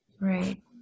Right